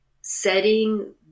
setting